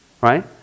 right